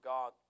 God